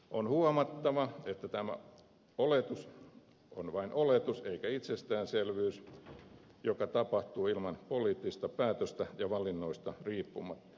on huomattava että tämä oletus on vain oletus eikä itsestäänselvyys joka tapahtuu ilman poliittista päätöstä ja valinnoista riippumatta